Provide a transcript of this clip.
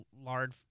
large